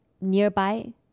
nearby